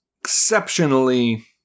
exceptionally